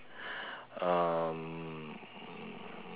um